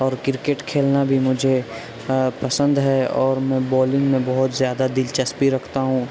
اور کرکٹ کھیلنا بھی مجھے پسند ہے اور میں بولنگ میں بہت زیادہ دلچسپی رکھتا ہوں